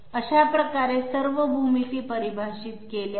अशा प्रकारे या सर्व भूमिती परिभाषित केल्या आहेत